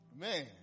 Man